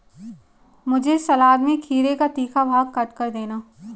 मुझे सलाद में खीरे का तीखा भाग काटकर देना